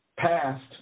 past